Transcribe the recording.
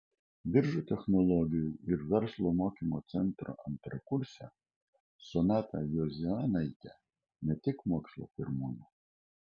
biržų technologijų ir verslo mokymo centro antrakursė sonata juozėnaitė ne tik mokslo pirmūnė